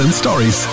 Stories